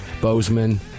Bozeman